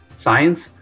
science